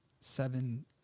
Seven